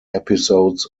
episodes